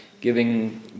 giving